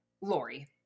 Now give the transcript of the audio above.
lori